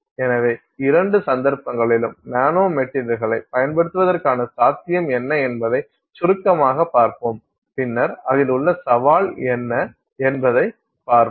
எனவே இரண்டு சந்தர்ப்பங்களிலும் நானோ மெட்டீரியல்ளைப் பயன்படுத்துவதற்கான சாத்தியம் என்ன என்பதை சுருக்கமாகப் பார்ப்போம் பின்னர் அதில் உள்ள சவால் என்ன என்பதைப் பார்ப்போம்